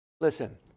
listen